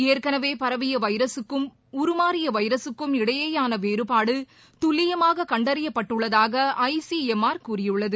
ஏற்கனவேபரவியவைரஸூக்கும் உருமாறியவைரஸூக்கும் இடையேயானவேறுபாடுதுல்லியமாககண்டறியப்பட்டுள்ளதாக I C M R கூறியுள்ளது